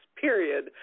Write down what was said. period